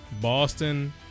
Boston